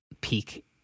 peak